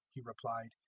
he replied,